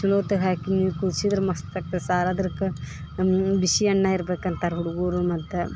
ಚಲೋತಾಗ ಹಾಕಿ ಕುದ್ಸಿದ್ರೆ ಮಸ್ತು ಆಗ್ತದ ಸಾರು ಅದ್ರಕ ನಮ್ಗ ಬಿಸಿ ಅನ್ನ ಇರ್ಬೇಕಂತಾರ ಹುಡುಗರು ಮತ್ತು